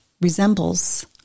resembles